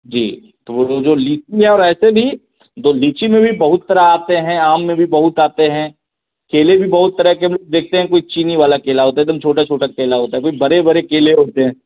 जी तो वह जो लीची और ऐसे भी जो लीची में भी बहुत तरह आते हैं आम में भी बहुत आते हैं केले भी बहुत तरह के हम लोग देखते हैं कोई चीनी वाला केला होता हैं एक दम छोटा छोटा केला होता है कोई बड़े बड़े केले होते हैं